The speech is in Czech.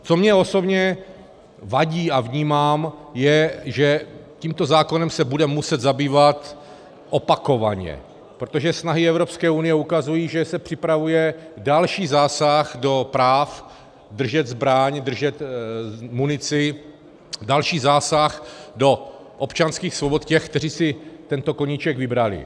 Co mně osobně vadí a vnímám, je, že tímto zákonem se budeme muset zabývat opakovaně, protože snahy Evropské unie ukazují, že se připravuje další zásah do práv držet zbraň, držet munici, další zásah do občanských svobod těch, kteří si tento koníček vybrali.